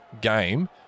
game